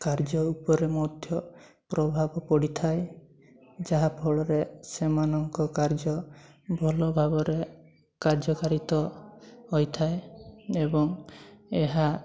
କାର୍ଯ୍ୟ ଉପରେ ମଧ୍ୟ ପ୍ରଭାବ ପଡ଼ିଥାଏ ଯାହା ଫଳରେ ସେମାନଙ୍କ କାର୍ଯ୍ୟ ଭଲ ଭାବରେ କାର୍ଯ୍ୟକାରିତ ହୋଇଥାଏ ଏବଂ ଏହା